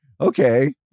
okay